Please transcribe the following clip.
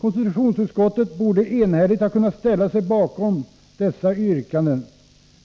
Konstitutionsutskottet borde enhälligt ha kunnat ställa sig bakom dessa yrkanden,